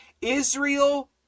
Israel